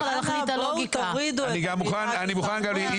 מוכן,